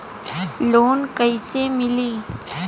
Loan कईसे मिली?